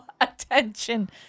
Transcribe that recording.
Attention